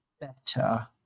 better